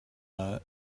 not